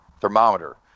thermometer